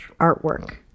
artwork